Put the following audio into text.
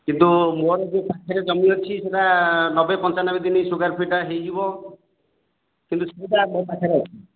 କିନ୍ତୁ ମୋ ପାଖରେ ଯେଉଁ ଜମି ଅଛି ସେଇଟା ନବେ ପଞ୍ଚାନବେ ଦିନି ସୁଗାର ଫ୍ରିଟା ହୋଇଯିବ କିନ୍ତୁ